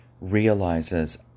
realizes